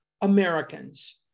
Americans